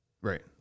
Right